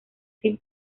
sin